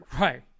Right